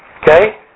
okay